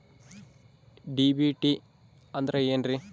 DBT ಅಂದ್ರ ಏನ್ರಿ?